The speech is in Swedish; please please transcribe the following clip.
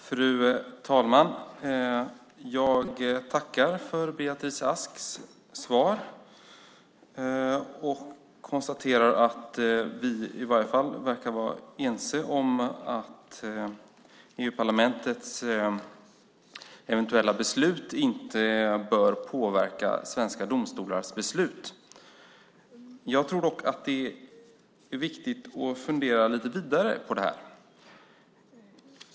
Fru talman! Jag tackar för Beatrice Asks svar och konstaterar att vi i alla fall verkar vara ense om att EU-parlamentets eventuella beslut inte bör påverka svenska domstolars beslut. Jag tror dock att det är viktigt att fundera lite vidare på det här.